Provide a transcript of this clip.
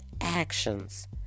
actions